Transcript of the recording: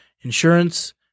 insurance